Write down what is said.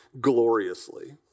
gloriously